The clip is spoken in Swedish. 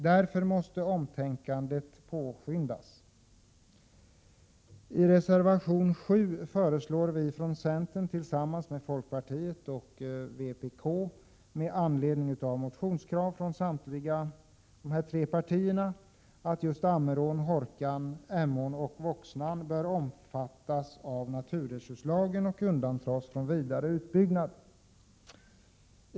Därför måste man skynda sig att tänka om. I reservation 7 föreslår vi från centern, tillsammans med folkpartiet och vpk med anledning av motionskrav från samtliga dessa tre partier, att Ammerån, Hårkan, Emån och Voxnan bör omfattas av naturresurslagen och undantas från vidare utbyggnad.